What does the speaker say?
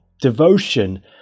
devotion